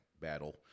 battle